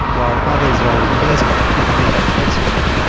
while others are unpleasant, if not oppressive.